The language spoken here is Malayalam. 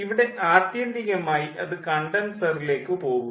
ഇവിടെ ആത്യന്തികമായി അത് കണ്ടൻസറിലേക്ക് പോകുന്നു